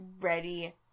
ready